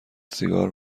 سیگار